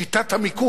שיטת המיקוד.